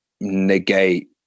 negate